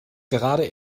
gerade